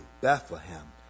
Bethlehem